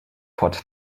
port